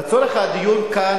לצורך הדיון כאן,